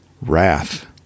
Wrath